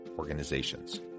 organizations